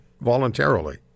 voluntarily